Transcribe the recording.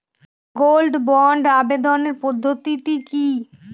Gold বন্ডে আবেদনের পদ্ধতিটি কি?